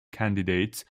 candidates